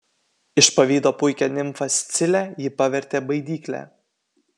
iš pavydo puikią nimfą scilę ji pavertė baidykle